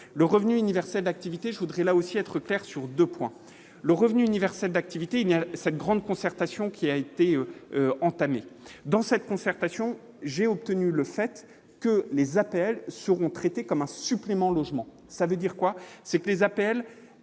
le revenu universel d'activité, je voudrais là aussi être clair sur 2 points : le revenu universel d'activité, il n'y a sa grande concertation qui a été entamé dans cette concertation, j'ai obtenu le fait que les appels seront traités comme en supprimant logement ça veut dire quoi,